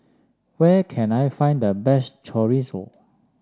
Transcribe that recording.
where can I find the best Chorizo